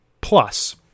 Plus